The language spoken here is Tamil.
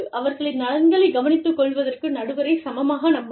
அவர்களின் நலன்களைக் கவனித்துக்கொள்வதற்கு நடுவரைச் சமமாக நம்புங்கள்